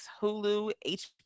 Hulu